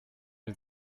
mir